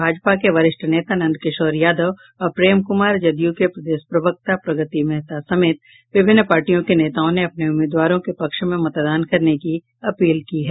भाजपा वरिष्ठ नेता नंदकिशोर यादव और प्रेम कुमार जदयू के प्रदेश प्रवक्ता प्रगति मेहता समेत विभिन्न पार्टियों के नेताओं ने अपने उम्मीदवारो के पक्ष में मतदान करने की अपील जनता से की है